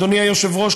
אדוני היושב-ראש,